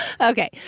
Okay